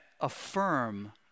affirm